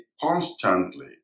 constantly